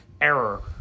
error